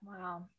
Wow